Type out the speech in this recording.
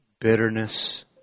bitterness